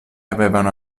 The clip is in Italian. avevano